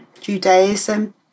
Judaism